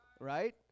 right